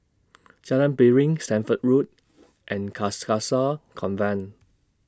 Jalan Piring Stamford Road and Carcasa Convent